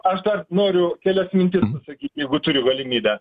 aš dar noriu kelias mintis pasakyt jeigu turiu galimybę